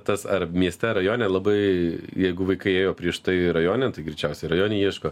tas ar mieste ar rajone labai jeigu vaikai ėjo prieš tai rajone tai greičiausiai rajone ieško